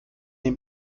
dem